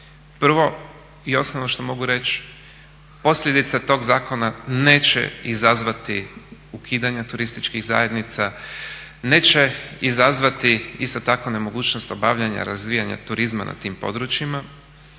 Prvo i osnovno što mogu reći, posljedice tog zakona neće izazvati ukidanja turističkih zajednica, neće izazvati isto tako nemogućnost obavljanja razvijanja turizma na tim područjima